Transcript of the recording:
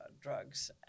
drugs